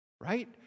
right